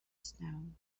stone